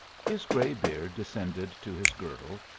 his gray beard descended to his girdle,